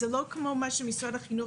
זה לא כמו מה שמשרד החינוך